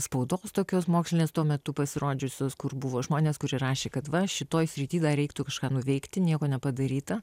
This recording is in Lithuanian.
spaudos tokios mokslinės tuo metu pasirodžiusios kur buvo žmonės kurie rašė kad va šitoj srity dar reiktų kažką nuveikti nieko nepadaryta